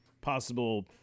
possible